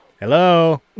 Hello